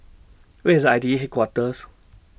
Where IS I T E Headquarters